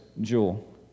jewel